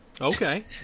Okay